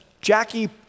Jackie